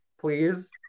please